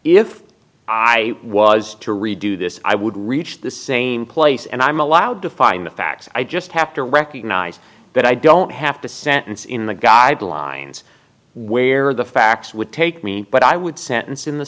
if i was to redo this i would reach the same place and i'm allowed to find the facts i just have to recognize that i don't have to sentence in the guidelines where the facts would take me but i would sentence in the